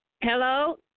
Hello